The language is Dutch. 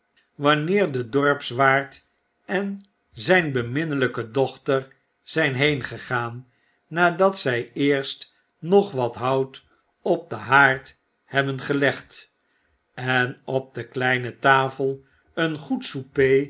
wanneer de dorpswaard en zyn beminnelyke dochter zyn heengegaan nadat zy eerst nog wat hout op den haard hebben gelegd en op de kleine tafel een goed souper